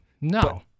No